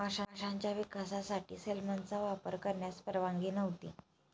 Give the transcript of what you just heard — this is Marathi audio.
माशांच्या विकासासाठी सेलमनचा वापर करण्यास परवानगी नव्हती